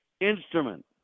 instrument